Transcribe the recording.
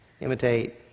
imitate